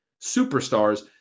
superstars